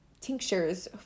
tinctures